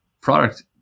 product